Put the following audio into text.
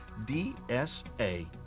DSA